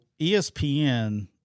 ESPN